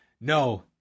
No